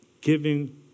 giving